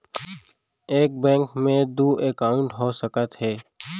एक बैंक में दू एकाउंट हो सकत हे?